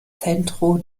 centro